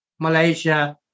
malaysia